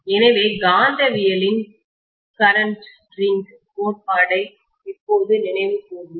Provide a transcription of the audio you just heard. எனவே காந்தவியல் இன் கரண்ட் ரிங் கோட்பாட்டை இப்போது நினைவு கூர்வோம்